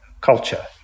culture